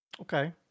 Okay